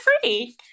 free